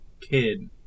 kid